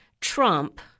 Trump